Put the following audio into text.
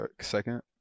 second